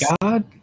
God